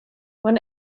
when